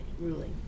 ruling